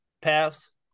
pass